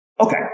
Okay